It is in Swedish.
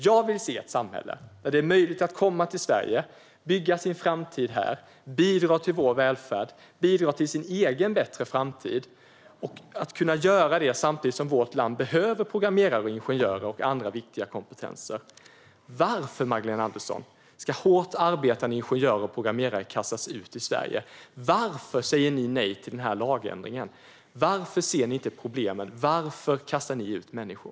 Jag vill se ett samhälle där det är möjligt att komma till Sverige, bygga sin framtid här, bidra till vår välfärd och bidra till en bättre framtid för egen del. Samtidigt behöver vårt land programmerare, ingenjörer och andra viktiga kompetenser. Varför, Magdalena Andersson, ska hårt arbetande ingenjörer och programmerare kastas ut ur Sverige? Varför säger ni nej till den här lagändringen? Varför ser ni inte problemen? Varför kastar ni ut människor?